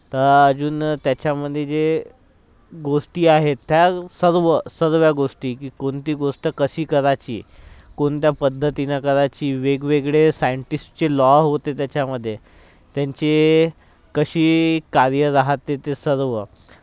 तर अजून त्याच्यामध्ये जे गोष्टी आहेत त्या सर्व सर्व गोष्टी की कोणती गोष्ट कशी करायची कोणत्या पद्धतीने करायची वेगवेगळे सायंटिस्टचे लॉ होते त्याच्यामध्ये त्यांचे कशी कार्य राहते ते सर्व